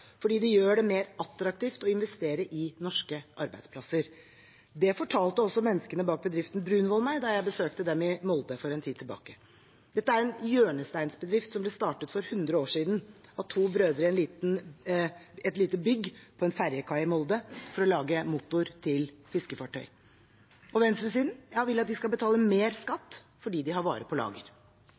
fordi det gjør det mer attraktivt å investere i norske arbeidsplasser. Det fortalte også menneskene bak bedriften Brunvoll meg da jeg besøkte dem i Molde for en tid tilbake. Dette er en hjørnesteinsbedrift som ble startet for 100 år siden av to brødre i et lite bygg på en ferjekai i Molde for å lage motorer til fiskefartøy. Venstresiden vil at de skal betale mer skatt fordi de har varer på lager.